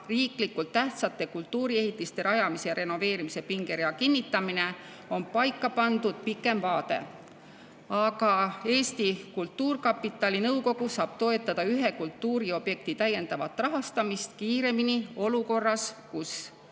"Riiklikult tähtsate kultuuriehitiste rajamise ja renoveerimise pingerea kinnitamine" on paika pandud pikem vaade. Aga Eesti Kultuurkapitali nõukogu saab toetada ühe kultuuriobjekti täiendavat rahastamist kiiremini olukorras, kus